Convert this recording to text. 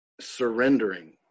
surrendering